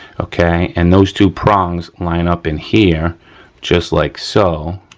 okay, and those two prongs line up in here just like so.